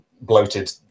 bloated